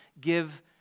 give